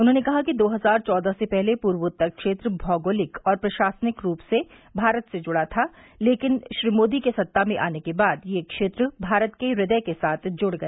उन्होंने कहा कि दो हजार चौदह से पहले पूर्वोत्तर क्षेत्र भौगोलिक और प्रशासनिक रूप से भारत से जुड़ा था लेकिन श्री मोदी के सत्ता में आने के बाद यह क्षेत्र भारत के हृदय के साथ जुड़ गया